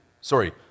Sorry